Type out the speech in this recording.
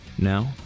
Now